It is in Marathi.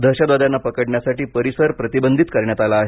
दहशतवाद्यांना पकडण्यासाठी परिसर प्रतिबंधित करण्यात आला आहे